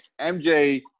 MJ